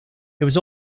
was